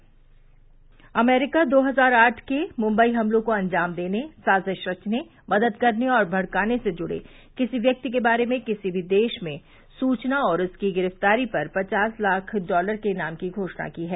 से से अमेरिका दो हजार आठ के मुम्बई हमलों को अंजाम देने साजिश रचने मदद करने और भड़काने से जुड़े किसी व्यक्ति के बारे में किसी भी देरा में सुचना और उसकी गिरफ्तार पर पचास लाख डॉलर के ईनाम की घोषणा की है